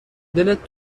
دلت